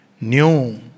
new